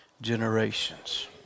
generations